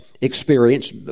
experience